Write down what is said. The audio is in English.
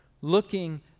looking